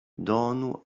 donu